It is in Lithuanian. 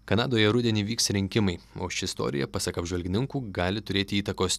kanadoje rudenį vyks rinkimai o ši istorija pasak apžvalgininkų gali turėti įtakos